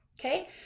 okay